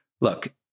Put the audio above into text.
look